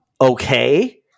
okay